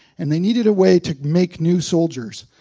and they needed a way to make new soldiers.